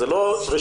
זה לא רשות,